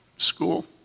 school